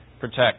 protect